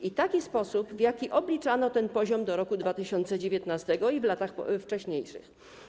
Jest to taki sposób, w jaki obliczano ten poziom do roku 2019 i w latach wcześniejszych.